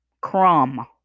Crumb